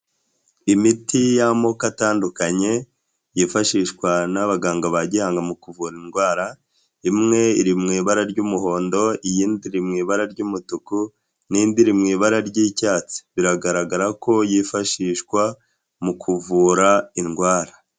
Imiti y'amoko atandukanye yifashishwa n'abaganga ba Gihanga mu kuvura indwara, imwe iri mu ibara ry'umuhondo, iyindi iri ibara ry'umutuku, n'indi iri mu ibara ry'icyatsi, biragaragara ko yifashishwa mu kuvura indwara.